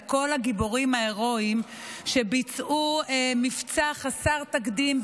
לכל הגיבורים ההירואיים שביצעו מבצע חסר תקדים,